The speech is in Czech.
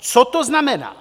Co to znamená?